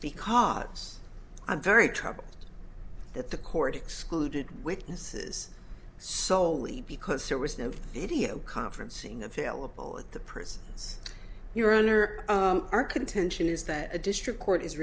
because i'm very troubled that the court excluded witnesses soley because there was no video conferencing available at the prisons your honor our contention is that a district court is